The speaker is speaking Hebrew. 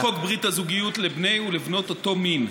הצעת חוק ברית הזוגיות לבני ולבנות אותו מין,